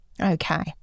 Okay